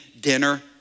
dinner